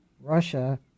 Russia